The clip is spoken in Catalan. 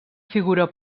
figura